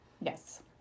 Yes